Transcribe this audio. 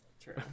True